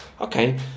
Okay